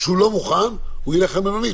שהוא לא מוכן, הוא ילך למלונית.